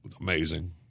Amazing